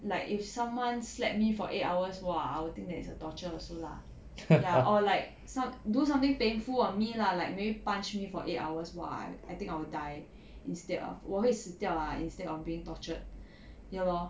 like if someone slapped me for eight hours !wah! I will think that its a torture also lah or like some do something painful on me lah like maybe punch me for eight hours !wah! I think I will die instead of 我会死掉 lah instead of being tortured ya lor